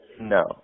No